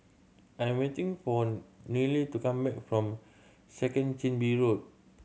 I am waiting for Nile to come back from Second Chin Bee Road